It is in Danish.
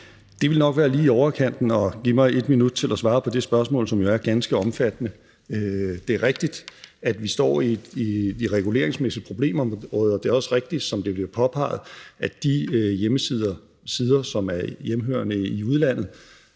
Det vil nok være lige i overkanten at give mig 1 minut til at svare på det spørgsmål, som jo er ganske omfattende. Det er rigtigt, at vi står i et reguleringsmæssigt problemområde, og det er også rigtigt, som det bliver påpeget, at de hjemmesider, som er hjemmehørende i udlandet,